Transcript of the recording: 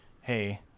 hey